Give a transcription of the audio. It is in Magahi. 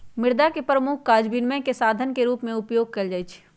मुद्रा के प्रमुख काज विनिमय के साधन के रूप में उपयोग कयल जाइ छै